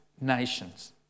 nations